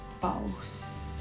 False